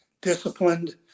disciplined